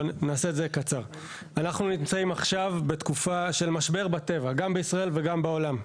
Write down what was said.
אנחנו נמצאים עכשיו בתקופה של משבר בטבע גם בישראל וגם בעולם.